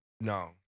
No